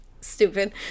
Stupid